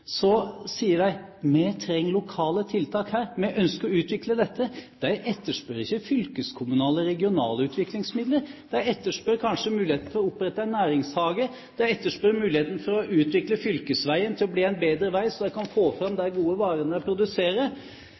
så sier de: Vi trenger lokale tiltak her, vi ønsker å utvikle dette. De etterspør ikke fylkeskommunale regionalutviklingsmidler. De etterspør kanskje muligheten for å opprette en næringshage, de etterspør muligheten for å utvikle fylkesveien til å bli en bedre vei, slik at de kan få fram de gode varene de produserer.